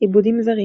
עיבודים זרים